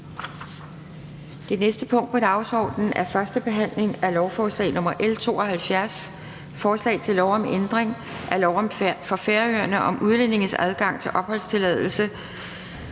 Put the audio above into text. Det næste punkt på dagsordenen er: 8) 1. behandling af lovforslag nr. L 72: Forslag til lov om ændring af lov for Færøerne om udlændinges adgang til opholdstilladelse